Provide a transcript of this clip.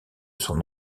son